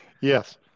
Yes